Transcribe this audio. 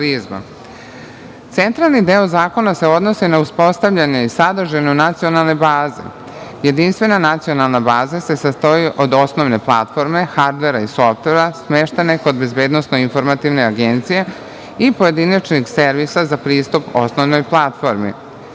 terorizma. Centralni deo zakona se odnosi na uspostavljanje i sadržinu nacionalne baze. Jedinstvena nacionalna baza se sastoji od osnovne platforme, hardvera i softvera, smeštene kod BIA i pojedinačnog servisa za pristup osnovnoj platformi.